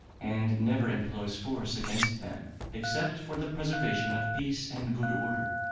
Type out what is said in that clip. and never employs force against them, except for the preservation of peace and good order.